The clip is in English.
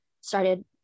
started